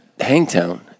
Hangtown